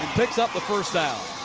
picks up the first down.